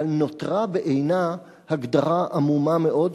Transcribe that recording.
אבל נותרה בעינה הגדרה עמומה מאוד,